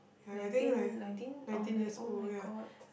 nineteen nineteen O nine oh-my-god